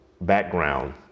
background